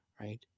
right